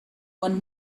one